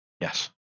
Yes